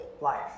life